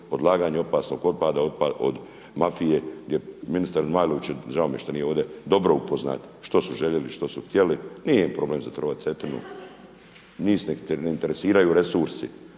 odlaganje opasnog otpada od mafije gdje ministar Zmajlović – žao mi je što nije ovdje – dobro upoznat što su željeli, što su htjeli. Nije im problem zatrovati Cetinu. Njih ne interesiraju resursi,